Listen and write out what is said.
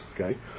Okay